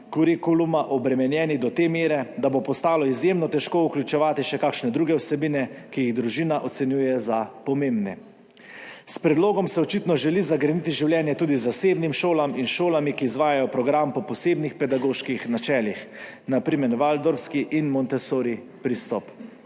kurikuluma obremenjeni do te mere, da bo postalo izjemno težko vključevati še kakšne druge vsebine, ki jih družina ocenjuje za pomembne. S predlogom se očitno želi zagreniti življenje tudi zasebnim šolam in šolam, ki izvajajo program po posebnih pedagoških načelih, na primer waldorfski in montessori pristop.